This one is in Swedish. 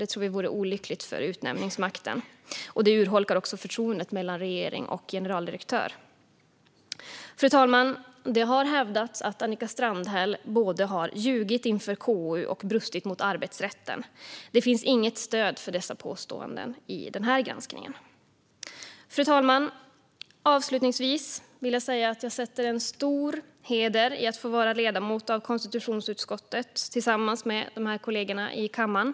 Vi tror att det vore olyckligt för utnämningsmakten, och det urholkar också förtroendet mellan regering och generaldirektör. Fru talman! Det har hävdats att Annika Strandhäll har både ljugit inför KU och brutit mot arbetsrätten. Det finns inget stöd för dessa påståenden i den här granskningen. Fru talman! Avslutningsvis vill jag säga att jag sätter en stor heder i att få vara ledamot av konstitutionsutskottet tillsammans med kollegorna i kammaren.